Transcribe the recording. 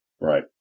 right